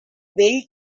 built